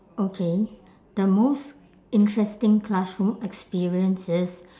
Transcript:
okay the most interesting classroom experience is